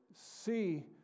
See